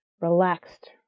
relaxed